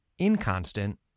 inconstant